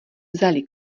vzali